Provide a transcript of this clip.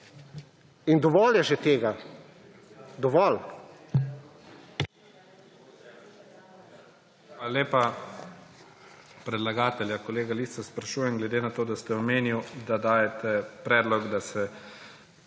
In dovolj je že tega! Dovolj.